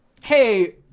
hey